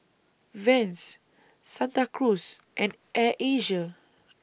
Vans Santa Cruz and Air Asia